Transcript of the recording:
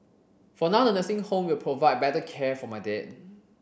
for now the nursing home will provide better care for my dad